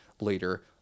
later